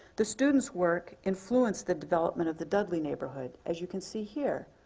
the student's work influenced the development of the dudley neighborhood. as you can see here,